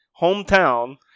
hometown